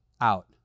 out